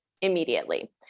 immediately